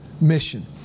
mission